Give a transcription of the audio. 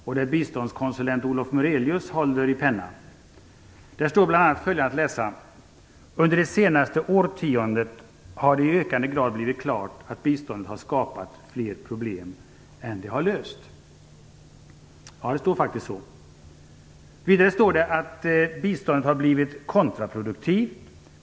Det är biståndskonsulent Olof Murelius som håller i pennan. Där står bl.a. följande att läsa: "- under det senaste årtiondet har det i ökande grad blivit klart att biståndet har skapat fler problem än det har löst." Ja, det står faktiskt så. Vidare står det att "biståndet har blivit kontraproduktivt.